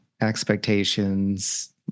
Expectations